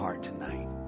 tonight